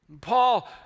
Paul